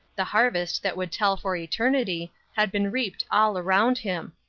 the harvest that would tell for eternity had been reaped all around him.